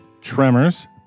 Tremors